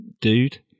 dude